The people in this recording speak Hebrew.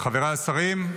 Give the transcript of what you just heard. חבריי השרים,